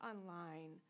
online